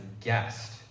guest